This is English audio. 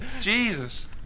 Jesus